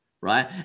right